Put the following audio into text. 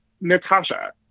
Natasha